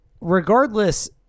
regardless